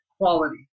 quality